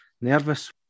nervous